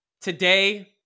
today